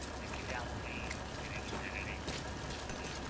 ଦେଖି ଦିଅ ଆମ ପାଇଁ ସେଠି ଗୋଟେ ଜାଗାଟେ ସେଠି ରହିବୁ